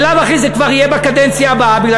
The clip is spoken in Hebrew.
בלאו הכי זה כבר יהיה בקדנציה הבאה בגלל